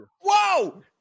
Whoa